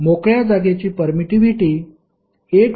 मोकळ्या जागेची परमिटिव्हिटी 8